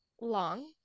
long